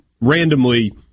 randomly